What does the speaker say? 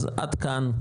אז עד כאן.